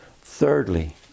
Thirdly